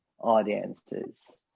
audiences